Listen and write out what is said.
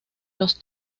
los